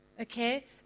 okay